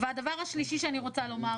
הדבר השלישי שאני רוצה לומר,